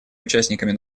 участниками